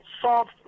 soft